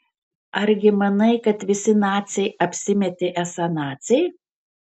argi manai kad visi naciai apsimetė esą naciai